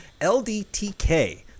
LDTK